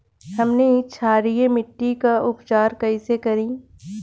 हमनी क्षारीय मिट्टी क उपचार कइसे करी?